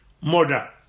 murder